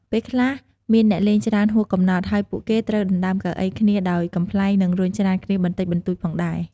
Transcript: ពេលខ្លះ មានអ្នកលេងច្រើនហួសកំណត់ ហើយពួកគេត្រូវដណ្តើមកៅអីគ្នាដោយកំប្លែង និងរុញច្រានគ្នាបន្តិចបន្តួចផងដែរ។